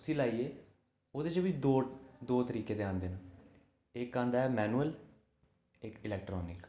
उसी लाइयै ओह्दे च बी दो दो तरीके दे आंदे न इक आंदा ऐ मैनुअल इक इलैक्ट्रानिक